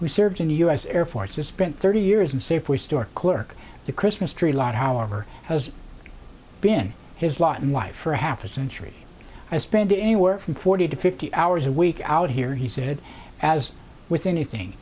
who served in the u s air force and spent thirty years in safeway store clerk at a christmas tree lot however has been his lot in life for half a century i spend anywhere from forty to fifty hours a week out here he said as with anything